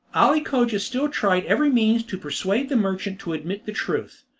ali cogia still tried every means to persuade the merchant to admit the truth.